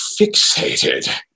fixated